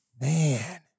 Man